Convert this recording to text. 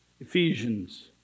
Ephesians